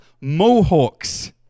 Mohawks